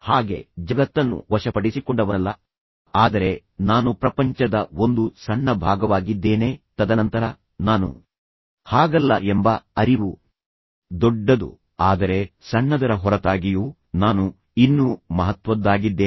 ಹಾಗೆ ನಾನು ಜಗತ್ತನ್ನು ವಶಪಡಿಸಿಕೊಂಡವನಲ್ಲ ಆದರೆ ನಾನು ಪ್ರಪಂಚದ ಒಂದು ಸಣ್ಣ ಭಾಗವಾಗಿದ್ದೇನೆ ಮತ್ತು ನಂತರ ನಾನು ಈ ಸಂಬಂಧಗಳ ಸರಪಳಿಯ ಭಾಗವಾಗಿದ್ದೇನೆ ತದನಂತರ ನಾನು ಹಾಗಲ್ಲ ಎಂಬ ಅರಿವು ದೊಡ್ಡದು ಆದರೆ ನಾನು ಬಹಳ ಸಣ್ಣ ಭಾಗ ಆದರೆ ಸಣ್ಣದರ ಹೊರತಾಗಿಯೂ ನಾನು ಇನ್ನೂ ಮಹತ್ವದ್ದಾಗಿದ್ದೇನೆ